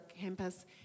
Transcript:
campus